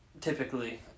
typically